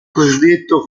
cosiddetto